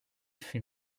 fut